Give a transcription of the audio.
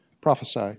prophesy